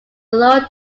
low